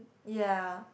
ya